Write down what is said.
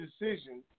decision